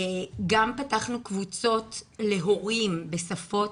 גם פתחנו קבוצות להורים בשפות.